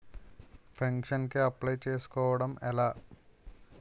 Pension కి apply చేసుకోవడం ఎలా?